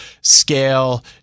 scale